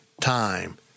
time